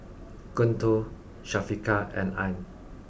Guntur Syafiqah and Ain